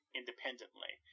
independently